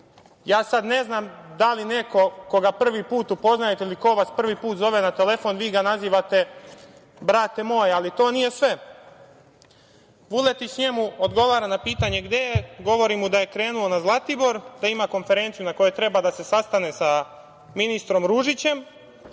moj“. Ne znam da li neko koga prvi put upoznajete ili ko vas prvi put zove na telefon vi ga nazivate, brate moj. Ali to nije sve. Vuletić njemu odgovara na pitanje, gde je, govori mu da je krenuo na Zlatibor, da ima konferenciju na kojoj treba da se sastane sa ministrom Ružićem,